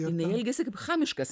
jinai elgiasi kaip chamiškas